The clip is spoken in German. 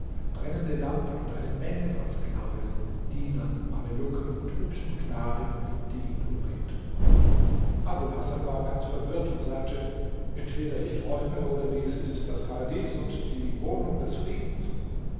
brennende lampen und eine menge von sklavinnen dienern mamelucken und hübschen knaben die ihn umringten abul hasan ward ganz verwirrt und sagte entweder ich träume oder dies ist das paradies und die wohnung des friedens